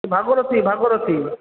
Bhagirathi Bhagirathi